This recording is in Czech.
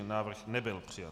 Návrh nebyl přijat.